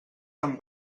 amb